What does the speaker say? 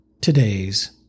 today's